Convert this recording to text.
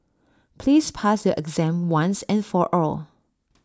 please pass your exam once and for all